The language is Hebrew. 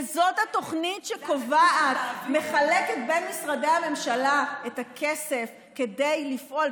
וזאת התוכנית שקובעת ומחלקת בין משרדי הממשלה את הכסף כדי לפעול.